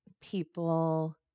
People